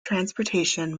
transportation